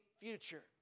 future